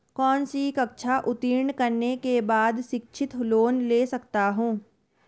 कौनसी कक्षा उत्तीर्ण करने के बाद शिक्षित लोंन ले सकता हूं?